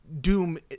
doom